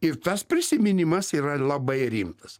ir tas prisiminimas yra labai rimtas